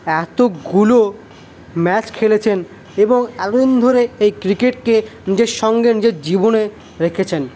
এতগুলো ম্যাচ খেলেছেন এবং এতদিন ধরে এই ক্রিকেটকে নিজের সঙ্গে নিজের জীবনে রেখেছেন